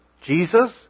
Jesus